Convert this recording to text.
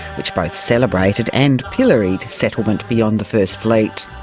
which both celebrated and pilloried settlement beyond the first fleet.